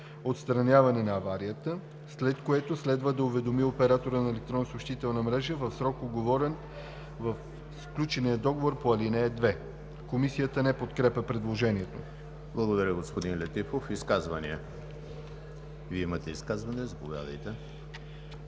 отстраняване на аварията, след което следва да уведоми оператора на електронната съобщителна мрежа в срок, уговорен в сключения договор по ал. 2.“ Комисията не подкрепя предложението. ПРЕДСЕДАТЕЛ ЕМИЛ ХРИСТОВ: Благодаря, господин Летифов. Изказвания? Вие имате изказване, заповядайте.